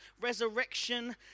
resurrection